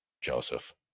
joseph